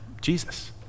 Jesus